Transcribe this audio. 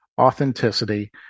Authenticity